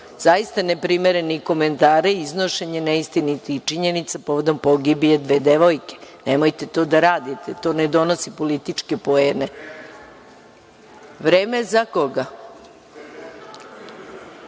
zaista neprimerenih komentara i iznošenje neistinitih činjenica povodom pogibije dve devojke. Nemojte to da radite, to ne donosi političke poene.(Poslanici